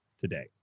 today